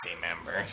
members